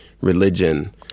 religion